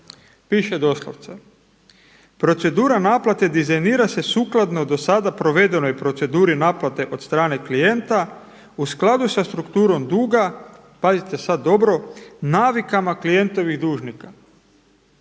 Piše doslovce – procedura naplate dizajnira se sukladno do sada provedenoj proceduri naplate od strane klijenta u skladu sa strukturom duga – pazite sada dobro – navikama klijentovih dužnika,